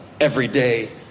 everyday